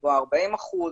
בגבוה 40 אחוזים.